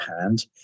hand